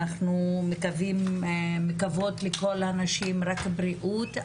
אנחנו מקוות לכל הנשים רק בריאות,